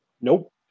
Nope